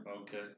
Okay